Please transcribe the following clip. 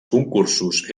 concursos